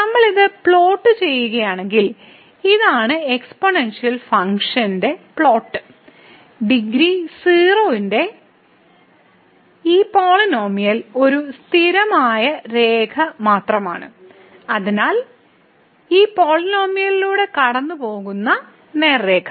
നമ്മൾ ഇത് പ്ലോട്ട് ചെയ്യുകയാണെങ്കിൽ ഇതാണ് എക്സ്പോണൻഷ്യൽ ഫംഗ്ഷന്റെ പ്ലോട്ട് ഡിഗ്രി 0 ന്റെ ഈ പോളിനോമിയൽ ഒരു സ്ഥിരമായ രേഖ മാത്രമാണ് അതിനാൽ ഈ 0 1 പോയിന്റിലൂടെ കടന്നുപോകുന്ന നേർരേഖ